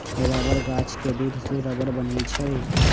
rubber गाछ के दूध से रबर बनै छै